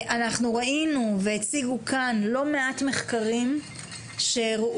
אנחנו ראינו והציגו כאן לא מעט מחקרים שהראו